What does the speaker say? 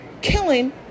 killing